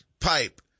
pipe